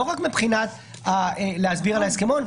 לא רק הסברה על ההסכמון,